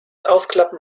ausklappen